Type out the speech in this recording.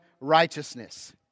righteousness